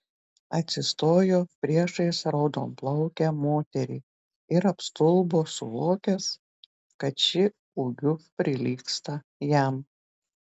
atsistojo priešais raudonplaukę moterį ir apstulbo suvokęs kad ši ūgiu prilygsta jam